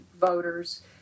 voters